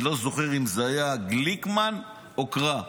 אני לא זוכר אם זה היה גליקמן או קרא,